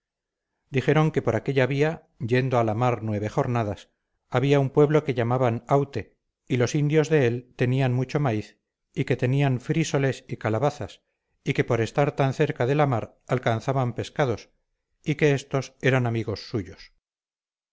dijeron que por aquella vía yendo a la mar nueve jornadas había un pueblo que llamaban aute y los indios de él tenían mucho maíz y que tenían frísoles y calabazas y que por estar tan cerca de la mar alcanzaban pescados y que éstos eran amigos suyos